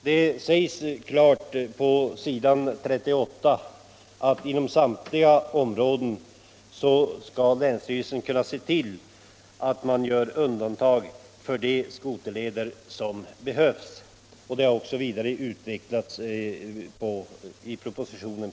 Det uttalas klart på s. 38 i propositionen att länsstyrelsen inom samtliga områden skall kunna besluta om undantag från förbudet för de skoterleder som behöver finnas. Detta har vidare utvecklats på s. 39.